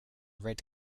red